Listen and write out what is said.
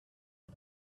but